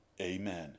Amen